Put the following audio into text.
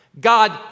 God